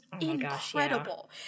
incredible